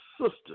sister